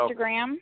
Instagram